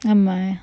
ஆமா:aama